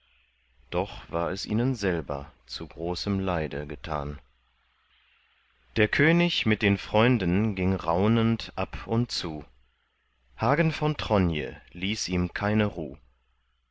doch war es ihnen selber zu großem leide getan der könig mit den freunden ging raunend ab und zu hagen von tronje ließ ihm keine ruh